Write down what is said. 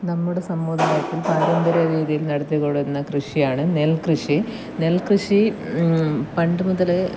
നമ്മുടെ സമൂഹത്തില് പാരമ്പര്യരീതിയിൽ നടത്തി കൊണ്ട് വരുന്ന കൃഷിയാണ് നെല്കൃഷി നെല്കൃഷി പണ്ടുമുതലേ